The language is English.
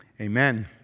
amen